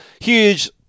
huge